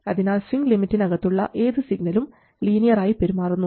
അതിനാൽ സ്വിങ് ലിമിറ്റിന് അകത്തുള്ള ഏത് സിഗ്നലും ലീനിയർ ആയി പെരുമാറുന്നു